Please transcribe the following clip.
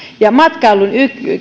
matkailun